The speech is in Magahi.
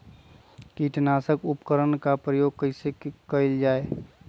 किटनाशक उपकरन का प्रयोग कइसे कियल जाल?